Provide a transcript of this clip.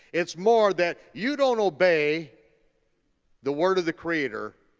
it's more that you don't obey the word of the creator,